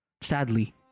Sadly